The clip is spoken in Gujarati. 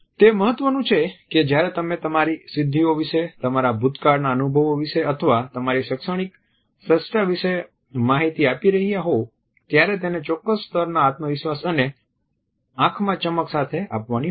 તે મહત્વનું છે કે જ્યારે તમે તમારી સિદ્ધિઓ વિશે તમારા ભૂતકાળના અનુભવો વિશે અથવા તમારી શૈક્ષણિક શ્રેષ્ઠતા વિશે માહિતી આપી રહ્યા હોવ ત્યારે તેને ચોક્કસ સ્તરના આત્મવિશ્વાસ અને આંખોમાં ચમક સાથે આપવાની હોય છે